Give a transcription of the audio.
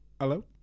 Hello